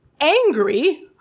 angry